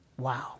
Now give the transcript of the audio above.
wow